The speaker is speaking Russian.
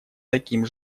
таким